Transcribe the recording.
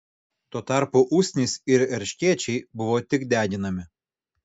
tuo tarpu usnys ir erškėčiai buvo tik deginami